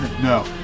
No